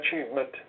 achievement